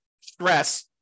stress